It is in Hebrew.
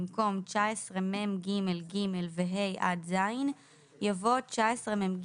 במקום "19מג(ג) ו-(ה) עד (ז)" יבוא "19מג(ג),